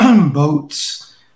boats